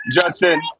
Justin—